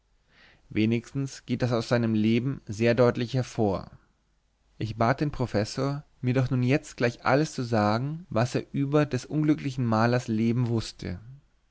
wenigstens geht das aus seinem leben sehr deutlich hervor ich bat den professor mir doch nur jetzt gleich alles zu sagen was er über des unglücklichen malers leben wüßte